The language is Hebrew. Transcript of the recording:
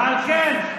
ועל כן,